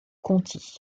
conti